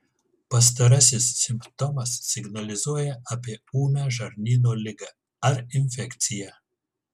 pastarasis simptomas signalizuoja apie ūmią žarnyno ligą ar infekciją